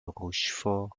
rochefort